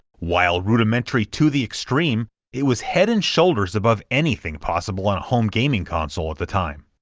while rudimentary to the extreme, it was head-and-shoulders above anything possible on a home gaming console at the time.